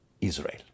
Israel